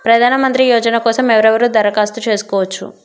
ప్రధానమంత్రి యోజన కోసం ఎవరెవరు దరఖాస్తు చేసుకోవచ్చు?